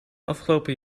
afgelopen